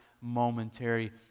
momentary